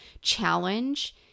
challenge